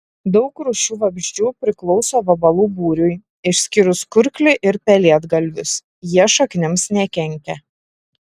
daug rūšių vabzdžių priklauso vabalų būriui išskyrus kurklį ir pelėdgalvius jie šaknims nekenkia